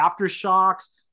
aftershocks